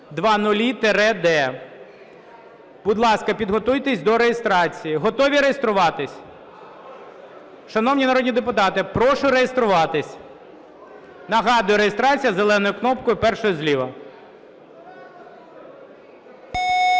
номер 4100-д). Будь ласка, підготуйтесь до реєстрації. Готові реєструватись? Шановні народні депутати, прошу реєструватись. Нагадую, реєстрація зеленою кнопкою, першою зліва. 11:57:41